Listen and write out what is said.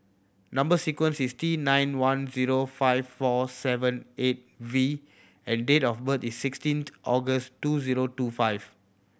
number sequence is T nine one zero five four seven eight V and date of birth is sixteenth August two zero two five